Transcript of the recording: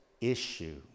issue